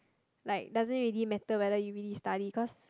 like doesn't really matter whether you really study cause